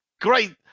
great